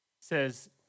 says